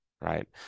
Right